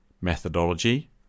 methodology